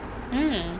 mm